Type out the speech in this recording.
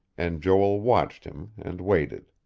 and joel watched him, and waited.